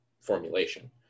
formulation